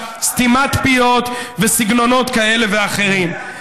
סתימת פיות וסגנונות כאלה ואחרים.